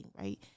Right